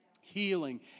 Healing